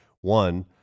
One